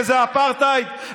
איזה אפרטהייד?